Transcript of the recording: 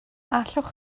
allwch